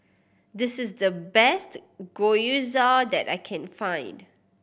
this is the best Gyoza that I can find